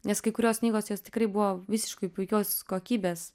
nes kai kurios knygos jos tikrai buvo visiškai puikios kokybės